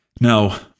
Now